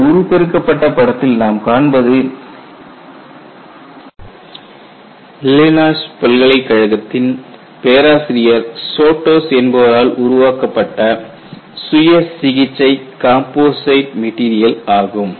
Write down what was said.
இந்த உரு பெருக்கப்பட்ட படத்தில் நாம் காண்பது இல்லினாய்ஸ் பல்கலைக்கழகத்தின் பேராசிரியர் சோட்டோஸ் என்பவரால் உருவாக்கப் சுய சிகிச்சை கம்போசிட் மெட்டீரியல் ஆகும்